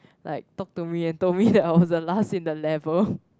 like talk to me and told me that I was the last in the level